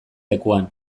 lekuan